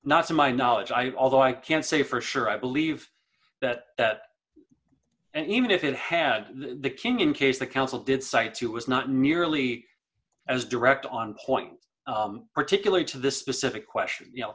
not to my knowledge i although i can't say for sure i believe that that and even if it had the king in case the council did cites it was not nearly as direct on point particularly to the specific question you know